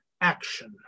action